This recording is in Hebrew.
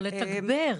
או לתגבר.